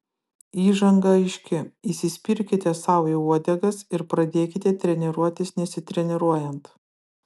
įžanga aiški įsispirkite sau į uodegas ir pradėkite treniruotis nesitreniruojant